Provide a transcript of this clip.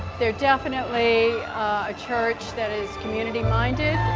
they're definitely a church that is community-minded,